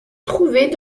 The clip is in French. trouvés